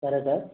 సరే సార్